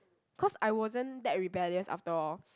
cause I wasn't that rebellious after all